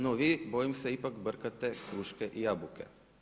No, vi bojim se ipak brkate kruške i jabuke.